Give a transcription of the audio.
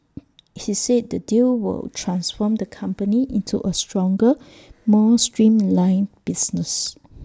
he said the deal will transform the company into A stronger more streamlined business